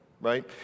right